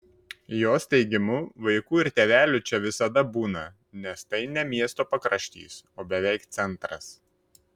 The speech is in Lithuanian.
jos teigimu vaikų ir tėvelių čia visada būna nes tai ne miesto pakraštys o beveik centras